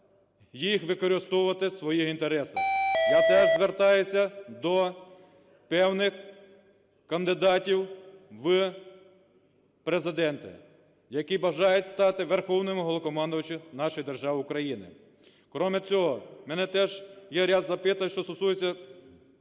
їх використовувати в своїх інтересах. Я теж звертаюся до певних кандидатів в Президенти, які бажають стати Верховним Головнокомандувачем нашої держави Україна. Крім цього, в мене теж є ряд запитань, що стосуються...